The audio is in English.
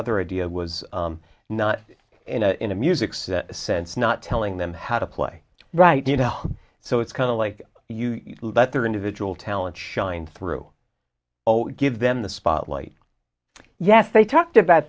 other idea was not in a music's sense not telling them how to play right you know so it's kind of like you let their individual talents shine through oh give them the spotlight yes they talked about